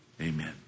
Amen